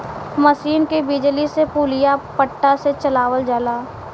मसीन के बिजली से पुलिया पट्टा से चलावल जाला